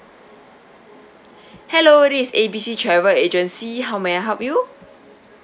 hello this is A B C travel agency how may I help you